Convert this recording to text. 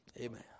Amen